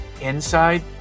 inside